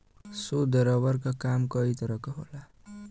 शुद्ध रबर क काम कई तरे क होला